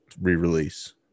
re-release